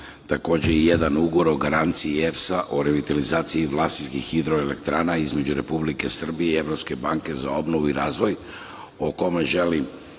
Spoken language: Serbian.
takođe i jedan ugovor o garanciji EPS-a o revitalizaciji Vlasinskih hidroelektrana između Republike Srbije i Evropske banke za obnovu i razvoj, a o kome želim